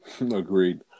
Agreed